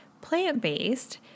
plant-based